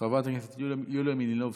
חברת הכנסת יוליה מלינובסקי,